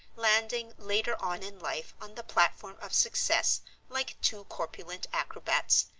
landing later on in life on the platform of success like two corpulent acrobats,